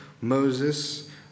Moses